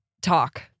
talk